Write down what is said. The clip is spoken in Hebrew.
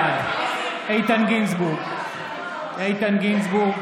בעד איתן גינזבורג,